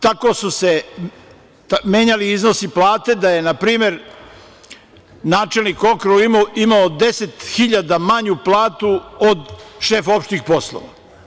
Tako su se menjali iznosi plate da je na primer načelnik okruga imao 10 hiljada manju platu od šefa opštih poslova.